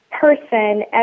person